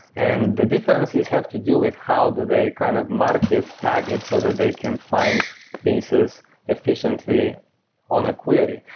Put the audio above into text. and the difference is have to do with how do they kind of market target so that they can find pieces efficiently on a query.